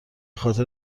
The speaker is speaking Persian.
خاطر